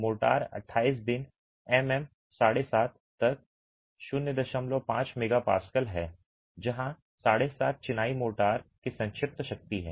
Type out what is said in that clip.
mortar 28 दिन MM 75 तक 05 mega pascal है जहां 75 चिनाई मोर्टार की संक्षिप्त शक्ति है